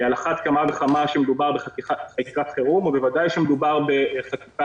על אחת כמה וכמה כשמדובר בחקיקת חירום ובוודאי כשמדובר בחקיקה